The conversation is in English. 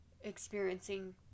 experiencing